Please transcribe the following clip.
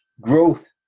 Growth